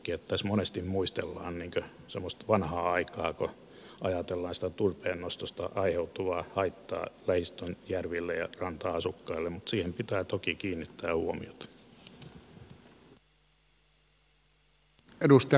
tässä monesti muistellaan semmoista vanhaa aikaa kun ajatellaan turpeen nostosta aiheutuvaa haittaa lähistön järville ja ranta asukkaille mutta siihen pitää toki kiinnittää huomiota